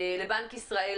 לבנק ישראל,